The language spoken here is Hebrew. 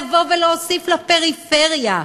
לבוא ולהוסיף לפריפריה,